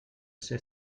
ser